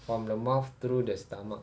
from the mouth through the stomach